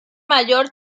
mayor